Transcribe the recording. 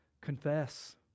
Confess